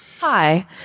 Hi